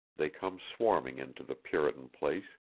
they come swarming into the puritan place,